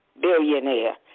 Billionaire